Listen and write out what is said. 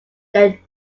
they